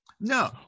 No